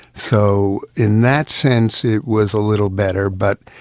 so in that sense it was a little better. but,